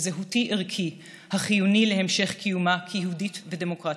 זהותי-ערכי החיוני להמשך קיומה כיהודית ודמוקרטית.